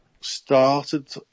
started